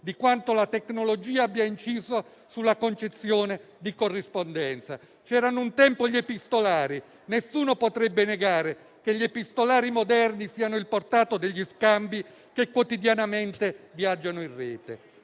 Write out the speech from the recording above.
di quanto la tecnologia abbia inciso sulla concezione di "corrispondenza". C'erano un tempo gli epistolari, nessuno potrebbe negare che gli epistolari moderni siano il portato degli scambi che quotidianamente viaggiano in rete.